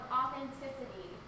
authenticity